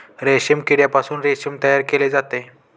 रेशीम किड्यापासून रेशीम तयार केले जाते